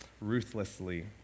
ruthlessly